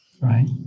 right